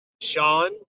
sean